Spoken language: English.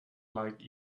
like